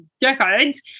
decades